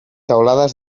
teulades